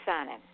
signing